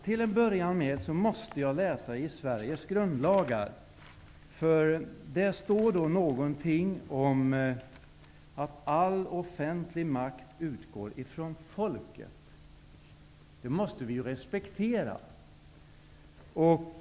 Till att börja med måste jag läsa i Sveriges grundlagar, för där står någonting om att all offentlig makt utgår från folket. Det måste vi ju respektera.